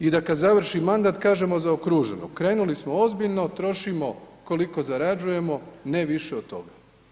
I da kad završi mandat, kažemo zaokruženo, krenuli smo ozbiljno, trošimo koliko zarađujemo, ne više od toga.